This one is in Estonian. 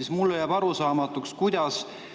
siis mulle jääb arusaamatuks, kuidas